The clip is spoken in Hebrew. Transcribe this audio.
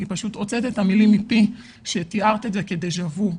פשוט הוצאת את המילים מפי כשתיארת את זה כדז'ה וו.